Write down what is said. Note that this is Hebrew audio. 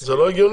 זה לא הגיוני.